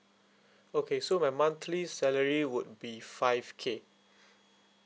okay so my monthly salary would be five K